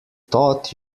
thought